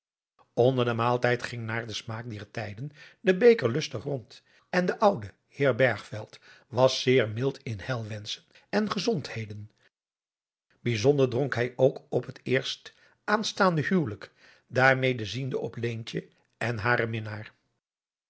onder den maaltijd ging naar den smaak dier tijden de beker lustig rond en de oude heer bergveld was zeer mild in heilwenschen en gezondheden bijzonder dronk hij ook op het eerst aannstaande huwelijk daarmede ziende adriaan loosjes pzn het leven van johannes wouter blommesteyn op leentje en haren minnaar